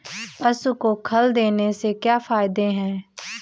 पशु को खल देने से क्या फायदे हैं?